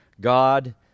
God